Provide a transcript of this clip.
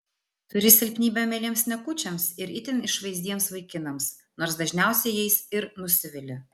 turi silpnybę mieliems niekučiams ir itin išvaizdiems vaikinams nors dažniausiai jais ir nusivili